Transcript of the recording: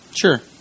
Sure